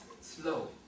slow